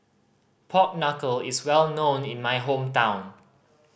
pork knuckle is well known in my hometown